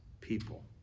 people